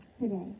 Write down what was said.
today